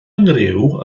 nghriw